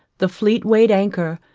the fleet weighed anchor,